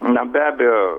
na be abejo